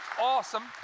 Awesome